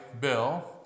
Bill